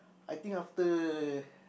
I think after